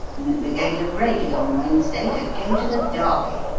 and that we are going to break it on wednesday to go to the derby.